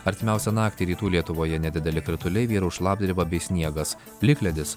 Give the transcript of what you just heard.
artimiausią naktį rytų lietuvoje nedideli krituliai vyraus šlapdriba bei sniegas plikledis